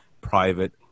Private